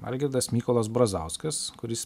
algirdas mykolas brazauskas kuris